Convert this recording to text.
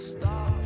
Stop